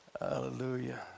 Hallelujah